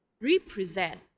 represent